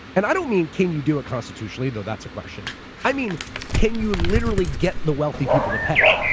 and i don't mean can you do it constitutionally though that's a question i mean can you literally get the wealthy people to pay?